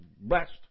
blessed